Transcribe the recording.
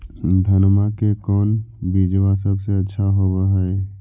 धनमा के कौन बिजबा सबसे अच्छा होव है?